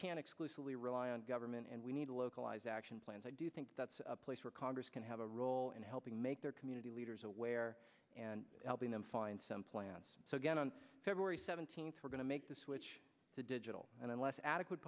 can exclusively rely on government and we need to localize action plans i do think that's a place where congress can have a role in helping make their community leaders aware and helping them find some plants so again on february seventeenth we're going to make the switch to digital and unless adequate